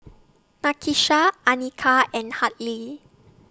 Nakisha Anika and Hartley